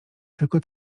tylko